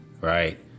right